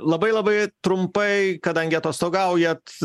labai labai trumpai kadangi atostogaujat